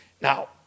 Now